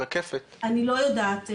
אני לא יודעת להגיד.